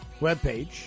webpage